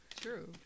True